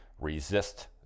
resist